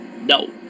No